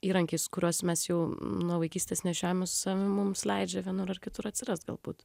įrankiai kuriuos mes jau nuo vaikystės nešiojame su savim mums leidžia vienur ar kitur atsiras galbūt